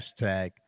hashtag